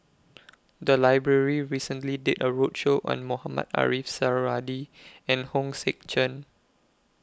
The Library recently did A roadshow on Mohamed Ariff Suradi and Hong Sek Chern